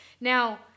Now